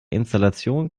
installationen